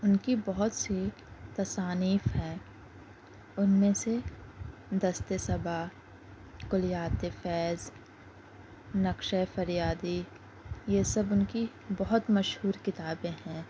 اُن کی بہت سی تصانیف ہیں اُن میں سے Dast-e-Saba Kulliyat-e-Faiz Naqsh-e-Faryadi یہ سب اُن کی بہت مشہور کتابیں ہیں